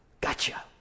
gotcha